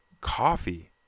coffee